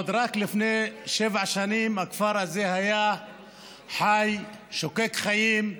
רק לפני שבע שנים הכפר הזה היה חי, שוקק חיים,